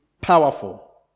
powerful